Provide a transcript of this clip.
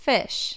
Fish